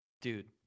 dude